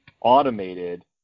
automated